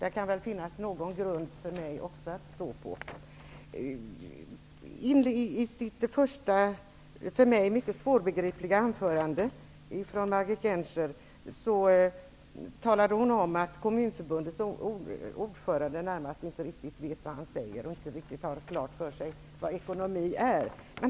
I Margit Gennsers första, för mig mycket svårbegripliga, anförande sade hon närmast att Kommunförbundets ordförande inte riktigt vet vad han säger och att han inte har klart för sig vad ekonomi är.